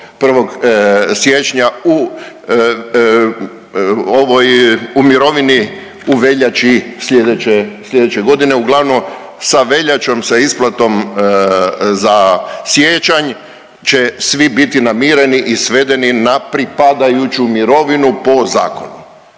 1. siječnja u ovoj u mirovini u veljači slijedeće, slijedeće godine. Uglavnom sa veljačom sa isplatom za siječanj će svi biti namireni i svedeni na pripadajuću mirovinu po zakonu.